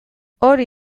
hori